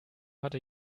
hatte